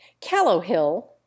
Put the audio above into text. Callowhill